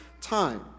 time